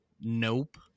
nope